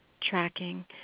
tracking